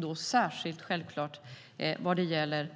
Det gäller självklart särskilt